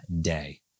day